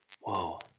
whoa